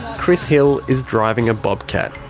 chris hill is driving a bobcat,